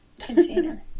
container